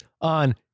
on